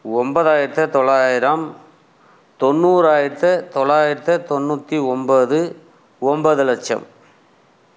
ஒன்பதாயிரத்தி தொள்ளாயிரம் தொண்ணூறாயிரத்து தொள்ளாயிரத்தி தொண்ணூற்றி ஒன்பது ஒன்பது லட்சம்